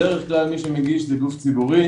בדרך כלל מי שמגיש זה גוף ציבורי.